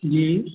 जी